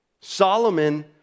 Solomon